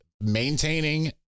maintaining